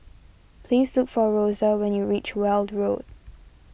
please look for Rosa when you reach Weld Road